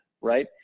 right